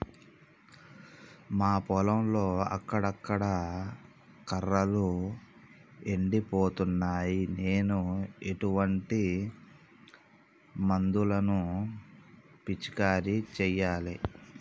మా పొలంలో అక్కడక్కడ కర్రలు ఎండిపోతున్నాయి నేను ఎటువంటి మందులను పిచికారీ చెయ్యాలే?